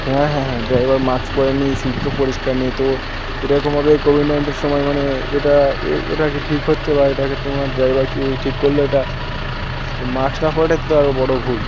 হ্যাঁ হ্যাঁ হ্যাঁ ড্রাইভার মাস্ক পরে নি সিটতো পরিষ্কার নেই তো এরকমভাবে এই কোভিড নাইনটিনের সময় মানে এটা এটাকে ঠিক হচ্ছে বা এটাকে তোমার ড্রাইভারকে ঠিক করলো এটা মাস্ক না পড়াটাতে তো আরও বড়ো ভুল